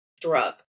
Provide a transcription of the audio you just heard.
drug